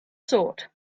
sort